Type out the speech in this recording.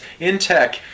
Intech